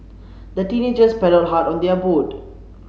the teenagers paddled hard on their boat